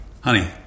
Honey